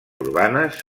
urbanes